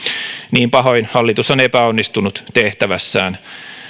niin pahoin hallitus on epäonnistunut tehtävässään